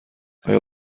آیا